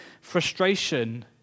frustration